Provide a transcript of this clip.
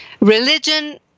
Religion